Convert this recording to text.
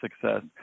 success